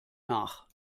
nach